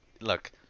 Look